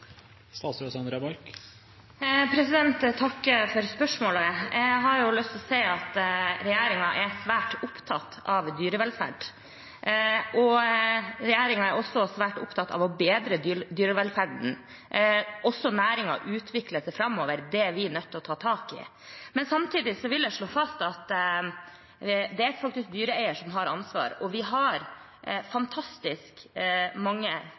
for spørsmålet. Jeg har lyst til å si at regjeringen er svært opptatt av dyrevelferd, og regjeringen er også svært opptatt av å bedre dyrevelferden. Også næringen utvikler seg framover, og det er vi nødt til å ta tak i. Men samtidig vil jeg slå fast at det er faktisk dyreeier som har ansvaret, og vi har fantastisk mange